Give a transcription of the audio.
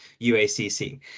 UACC